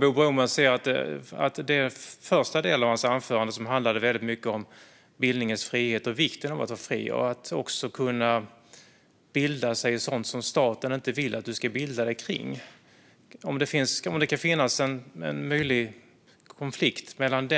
Första delen av Bo Bromans anförande handlade mycket om vikten av att bildningen är fri och att också kunna bilda sig i sådant som staten inte vill att du ska bilda dig om. Finns det en möjlig konflikt mellan